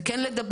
היא כן לדבר,